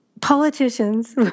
politicians